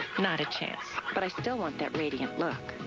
not a chance. but i still want that radiant look.